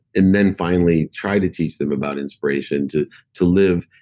and then finally, try to teach them about inspiration, to to live.